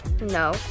No